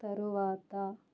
తరువాత